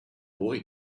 boy